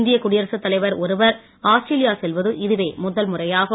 இந்தியக் குடியரசுத் தலைவர் ஒருவர் ஆஸ்திரேலியா செல்வது இதுவே முதல்முறையாகும்